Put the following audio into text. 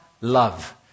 love